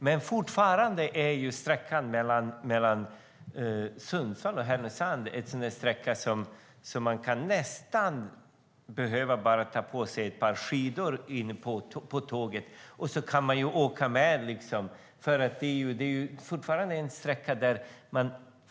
Men fortfarande är sträckan mellan Sundsvall och Härnösand sådan att man nästan bara kan ta på sig ett par skidor och åka bredvid tåget.